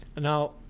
Now